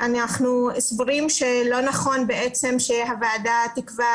אנחנו סבורים שלא נכון שהוועדה תקבע